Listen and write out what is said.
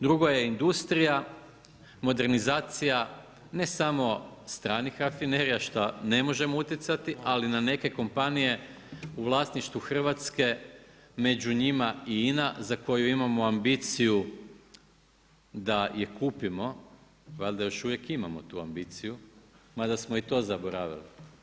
Drugo je industrija, modernizacija, ne samo stranih rafinerija, šta ne možemo utjecati, ali na neke kompanije u vlasništvu Hrvatske, među njima i INA, za koju imamo ambiciju, da je kupimo, valjda još uvijek imamo tu ambiciju, ma da smo i to zaboravili.